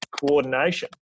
coordination